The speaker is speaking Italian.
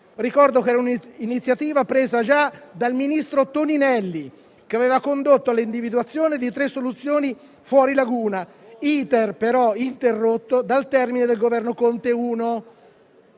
Ricordo che era un'iniziativa presa già dal ministro Toninelli, che aveva condotto all'individuazione di tre soluzioni fuori laguna, *iter* però interrotto dal termine del Governo Conte I.